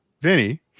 Vinny